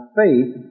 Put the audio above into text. faith